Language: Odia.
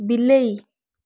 ବିଲେଇ